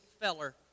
feller